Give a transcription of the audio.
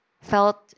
felt